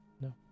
no